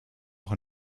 auch